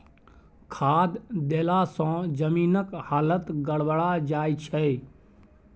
खाद देलासँ जमीनक हालत गड़बड़ा जाय छै